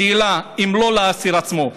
השאלה: האם לא לעציר עצמו,